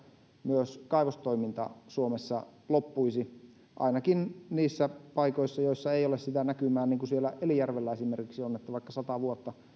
myös kaivostoiminta suomessa loppuisi ainakin niissä paikoissa joissa ei ole sitä näkymää joka siellä elijärvellä esimerkiksi on että vaikka sata vuotta